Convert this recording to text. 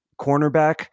cornerback